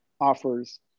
offers